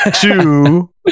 two